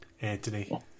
Anthony